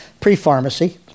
pre-pharmacy